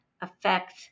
affect